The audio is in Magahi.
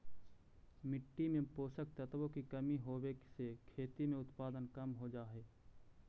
मिट्टी में पोषक तत्वों की कमी होवे से खेती में उत्पादन कम हो जा हई